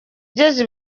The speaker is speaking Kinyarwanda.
igeze